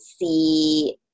see